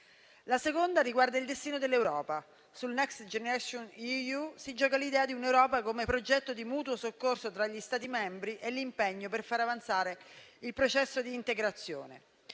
La seconda riguarda il destino dell'Europa. Sul Next generation EU si gioca l'idea di un'Europa come progetto di mutuo soccorso tra gli Stati membri e l'impegno per far avanzare il processo di integrazione.